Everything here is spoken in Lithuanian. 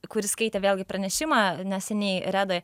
kuris skaitė vėlgi pranešimą neseniai redoj